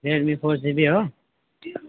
Redmi four GB हो